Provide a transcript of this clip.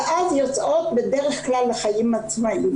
ואז יוצאות לחיים עצמאיים,